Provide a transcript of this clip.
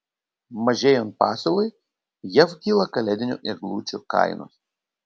mažėjant pasiūlai jav kyla kalėdinių eglučių kainos